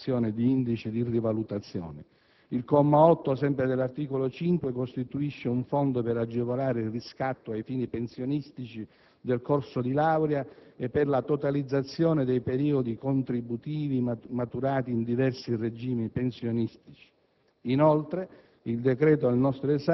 per le pensioni previdenziali, attraverso l'applicazione di indici di rivalutazione. Il comma 8, sempre dell'articolo 5, costituisce un fondo per agevolare il riscatto ai fini pensionistici del corso di laurea e per la totalizzazione dei periodi contributivi maturati in diversi regimi pensionistici.